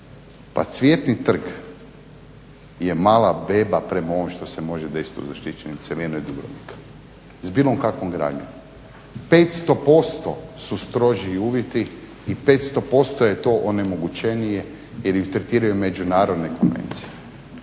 Pa Cvjetni trg je mala beba prema ovom što se može desiti u zaštićenim …/Govornik se ne razumije./… Dubrovnika s bilo kakvom gradnjom. 500% su stroži uvjeti i 500% je to onemogućenije jer ih tretiraju međunarodne konvencije.